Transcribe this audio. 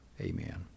Amen